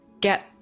Get